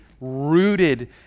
rooted